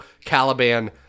Caliban